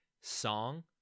song